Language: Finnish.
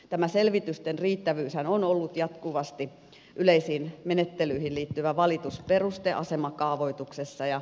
tämä selvitysten riittävyyshän on ollut jatkuvasti yleisiin menettelyihin liittyvä valitusperuste asemakaavoituksessa